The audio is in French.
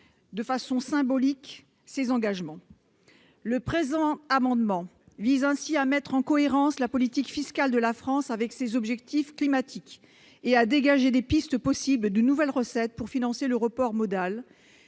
de façon symbolique, ces engagements. Le présent amendement vise ainsi à mettre en cohérence la politique fiscale de la France avec ses objectifs climatiques et à dégager des pistes possibles de nouvelles recettes pour financer le report modal,